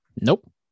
Nope